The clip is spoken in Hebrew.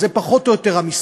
זה פחות או יותר המספר.